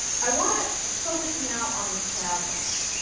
i want to focus now on the sadness.